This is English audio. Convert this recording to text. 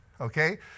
Okay